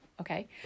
Okay